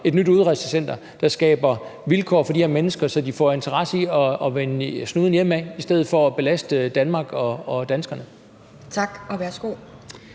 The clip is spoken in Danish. et nyt udrejsecenter, der skaber vilkår for de her mennesker, så de får interesse i at vende snuden hjemad i stedet for at belaste Danmark og danskerne? Kl.